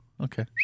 Okay